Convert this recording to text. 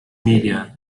media